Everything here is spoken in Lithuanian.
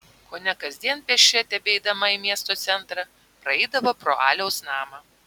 kone kasdien pėsčia tebeidama į miesto centrą praeidavo pro aliaus namą